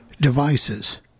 devices